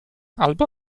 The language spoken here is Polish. albo